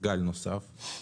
גל נוסף.